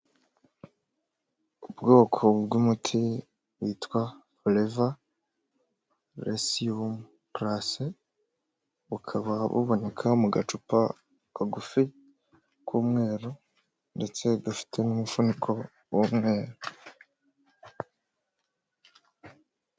Ubwoko bw'umuti witwa Forever Lycium Plus. Bukaba buboneka mu gacupa kagufi k'umweru ndetse gafite n'umufuniko w'umweru.